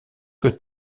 que